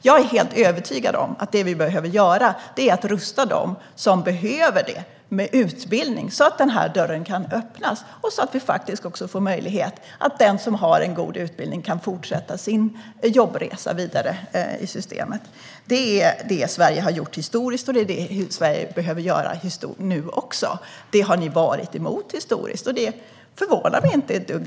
Jag är helt övertygad om att det vi behöver göra är att rusta dem som behöver det med utbildning, så att dörren kan öppnas och så att också den som har en god utbildning får möjlighet att fortsätta sin jobbresa vidare i systemet. Det är vad Sverige har gjort historiskt, och det är vad vi behöver göra nu också. Det har ni varit emot, och det förvånar mig inte ett dugg.